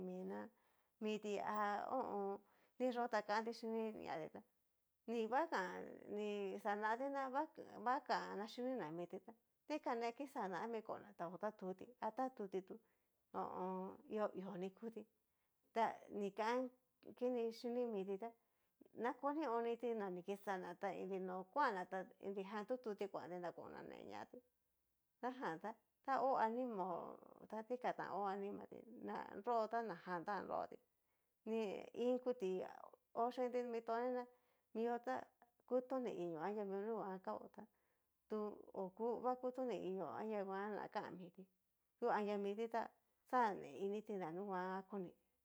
Mina miti ha ho o on. niyó ta kanti xhini ñati tá nivakan ni xanati ná vaka vakana xhini na miti ta dikan na kixana ami kona ta ho tatuti ha tatuti tu ho o on. hio hio ni kuti ta ni kan kini xhini miti tá nakoni oniti na kixana ta inri no kuana ta inrijan tututi kuantí ná konaneñati xajan tá taó animao ta dikán tan ho animatí na nro ta najan tan nroti, iin kuti ho chinti mitoni ná miot a kutoni inio anria mio anri kao tá tu oku va kutoni inió nunguan na kan mití tu anria mit ta xané inití nunguan akonití.